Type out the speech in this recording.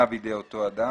בידי אותו אדם.